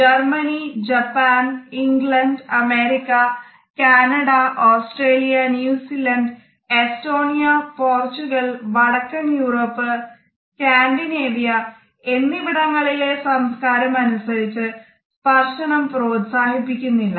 Germany Japan England America Canada Australia New Zealand Estonia Portugal വടക്കൻ Europe Scandinavia എന്നിവിടങ്ങളിലെ സംസ്കാരം അനുസരിച്ച് സ്പർശനം പ്രോത്സാഹിപ്പിക്കുന്നില്ല